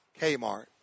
Kmart